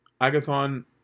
Agathon